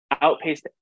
outpaced